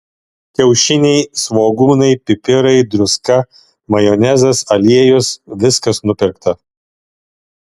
kiaušiniai svogūnai pipirai druska majonezas aliejus viskas nupirkta